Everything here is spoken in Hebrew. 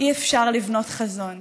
אי-אפשר לבנות חזון